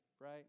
right